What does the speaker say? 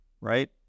right